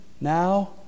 now